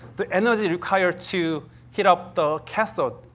the energy required to heat up the cathode,